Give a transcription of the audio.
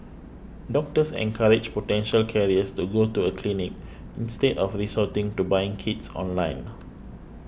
doctors encouraged potential carriers to go to a clinic instead of resorting to buying kits online